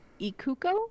Ikuko